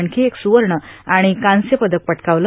आणखी एक स्रवर्ण आणि कांस्य पदक पटकावलं